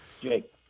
Jake